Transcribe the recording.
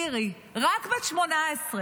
לירי, רק בת 18,